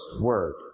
word